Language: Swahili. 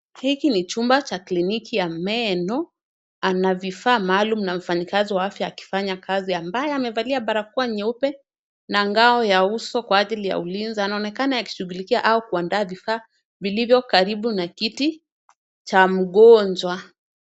Hiki ni chumba cha kliniki ya meno. Pana vifaa maalum na mfanyikazi wa afya akifanya kazi, ambaye amevalia barakoa nyeupe na ngao ya uso kwa ajili ya ulinzi. Anaonekana akishughulikia au kuandaa vifaa vilivyo karibu na kiti cha mgonjwa.